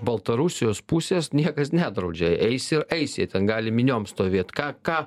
baltarusijos pusės niekas nedraudžia eis ir eis jie ten gali miniom stovėt ką ką